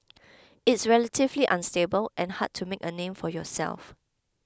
it's relatively unstable and hard to make a name for yourself